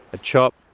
a chop,